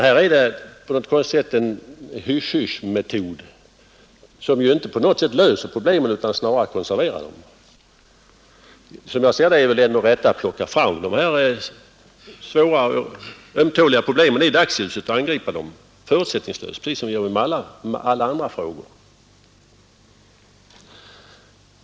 Här används på något konstigt sätt en hysch-hysch-metod som inte alls löser problemen utan snarare konserverar dem. Som jag ser det är det enda rätta att plocka fram dessa svåra och ömtåliga problem i dagsljuset och angripa dem förutsättningslöst precis som vi gör med alla andra frågor.